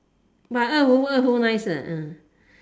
but 二胡二胡 nice ah ah